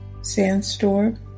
Sandstorm